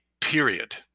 period